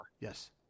Yes